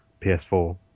PS4